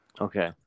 Okay